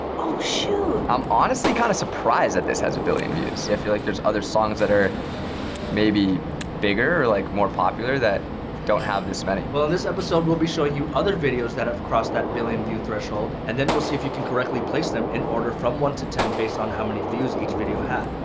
oh shoot! i'm honestly kinda kind of surprised that this has a billion views. i yeah feel like there's other songs that are maybe bigger or like more popular that don't have this many. well in this episode, we'll be showing you other videos that have crossed that billion view threshold, and then we'll see if you can correctly place them in order from one to ten, based on how many views each video had.